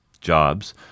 jobs